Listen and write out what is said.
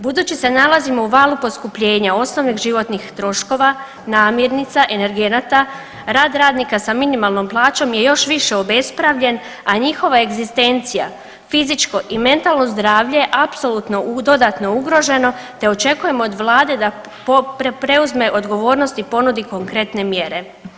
Budući se nalazimo u valu poskupljenja osnovnih životnih troškova, namirnica, energenata, rad radnika sa minimalnom plaćom je još više obespravljen, a njihova egzistencija, fizičko i mentalno zdravlje apsolutno dodatno ugroženo, te očekujemo od vlade da preuzme odgovornost i ponudi konkretne mjere.